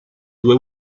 due